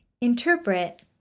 interpret